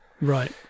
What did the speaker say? Right